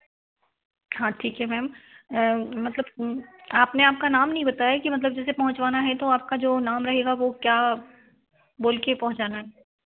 हाँ ठीक है मैम मतलब आपने आपका नाम नहीं बताया कि मतलब जैसे पहुँचवाना है तो आपका जो नाम रहेगा वह क्या बोल कर पहुँचाना है